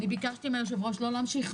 אני ביקשתי מהיושב-ראש לא להמשיך.